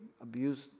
abuse